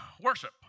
worship